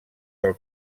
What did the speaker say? del